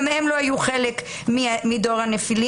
גם הם לא היו חלק מדור הנפילים.